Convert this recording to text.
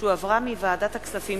שהחזירה ועדת הכספים,